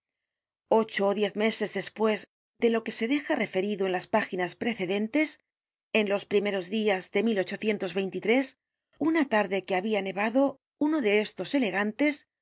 ocho ó diez meses despues de lo que se deja referido en las páginas precedentes en los primeros dias de una tarde que habia nevado uno de estos elegantes